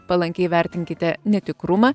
palankiai vertinkite netikrumą